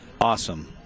Awesome